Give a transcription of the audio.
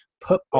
Put